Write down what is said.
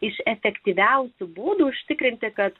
iš efektyviausių būdų užtikrinti kad